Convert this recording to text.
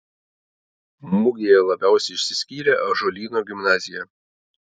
mugėje labiausiai išsiskyrė ąžuolyno gimnazija